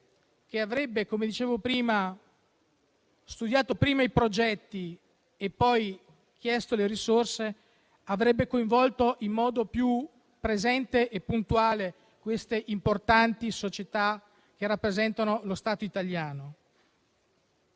che avesse - come dicevo prima - studiato prima i progetti e poi chiesto le risorse, avrebbe coinvolto in modo più presente e puntuale queste importanti società che rappresentano lo Stato italiano.